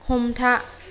हमथा